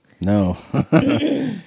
No